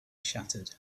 shattered